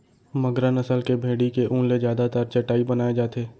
मगरा नसल के भेड़ी के ऊन ले जादातर चटाई बनाए जाथे